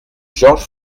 georges